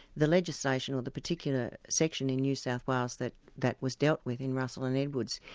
the legislation, or the particular section in new south wales that that was dealt with in russell and edwards,